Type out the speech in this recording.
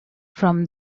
from